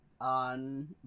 on